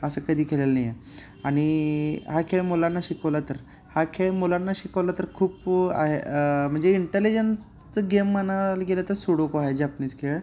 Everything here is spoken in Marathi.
असं कधी केलेलं नाही आहे आणि हा खेळ मुलांना शिकवला तर हा खेळ मुलांना शिकवला तर खूप आहे म्हणजे इंटेलिजनचं गेम म्हणायला गेलं तर सुडोकू आहे जापनीज खेळ